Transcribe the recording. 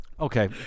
Okay